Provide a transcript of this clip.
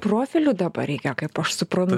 profilių dabar reikia kaip aš suprantu